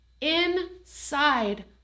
Inside